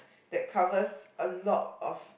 that covers a lot of